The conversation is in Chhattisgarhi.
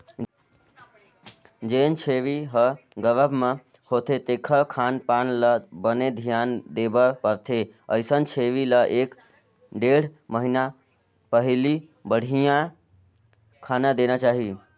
जेन छेरी ह गरभ म होथे तेखर खान पान ल बने धियान देबर परथे, अइसन छेरी ल एक ढ़ेड़ महिना पहिली बड़िहा खाना देना चाही